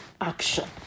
action